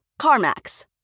CarMax